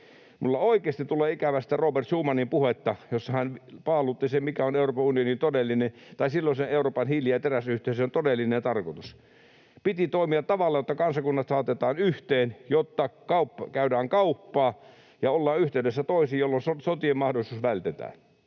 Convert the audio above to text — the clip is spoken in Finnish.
Minulla oikeasti tulee ikävä sitä Robert Schumanin puhetta, jossa hän paalutti sen, mikä on Euroopan unionin, tai silloisen Euroopan hiili- ja teräsyhteisön, todellinen tarkoitus. Piti toimia tavalla, jolla kansakunnat saatetaan yhteen, jotta käydään kauppaa ja ollaan yhteydessä toisiin, jolloin sotien mahdollisuus vältetään.